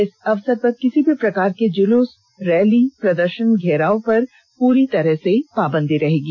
इस अवसर पर किसी भी प्रकार के जुलूस रैली प्रदर्शन घेराव पर पूरी तरह से पाबंदी रहेगी